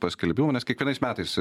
paskelbimo nes kiekvienais metais